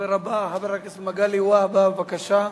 הדובר הבא, חבר הכנסת מגלי והבה, בבקשה.